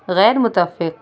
غیر متفق